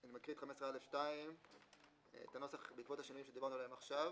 אני מקריא את הנוסח של 15א2 בעקבות השינויים שדיברנו עליהם עכשיו: